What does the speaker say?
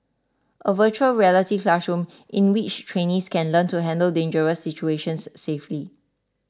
a Virtual Reality classroom in which trainees can learn to handle dangerous situations safely